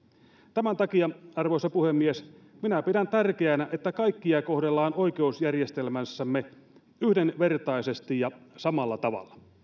tämän takia arvoisa puhemies minä pidän tärkeänä että kaikkia kohdellaan oikeusjärjestelmässämme yhdenvertaisesti ja samalla tavalla